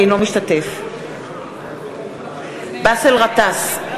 אינו משתתף בהצבעה באסל גטאס,